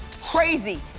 crazy